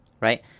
right